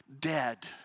dead